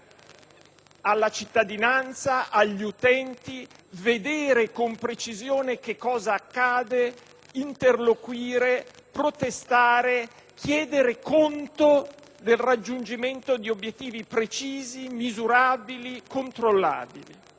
alla cittadinanza e agli utenti vedere con precisione che cosa accade, interloquire, protestare, chiedere conto del raggiungimento di obiettivi precisi, misurabili, controllabili.